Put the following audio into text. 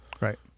Right